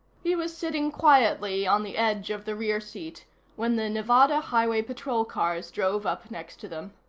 he was sitting quietly on the edge of the rear seat when the nevada highway patrol cars drove up next to them.